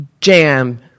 Jam